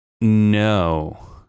No